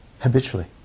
habitually